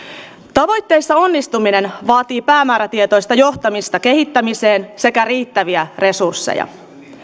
tavoitteissa onnistuminen vaatii päämäärätietoista johtamista kehittämiseen sekä riittäviä resursseja